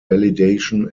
validation